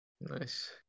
Nice